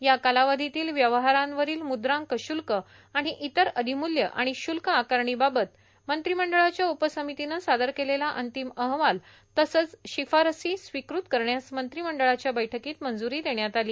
या कालावधीतील व्यवहारांवरील मुद्रांक शुल्क आणि इतर अधिमूल्य आणि श्रल्क आकारणीबाबत मंत्रिमंडळाच्या उपसमितीनं सादर केलेला अंतिम अहवाल तसंच शिफारसी स्वीकृत करण्यास मंत्रिमंडळाच्या बैठकीत मंजूरी देण्यात आली